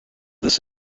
this